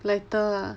lighter ah